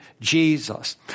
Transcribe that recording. Jesus